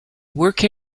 work